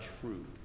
fruit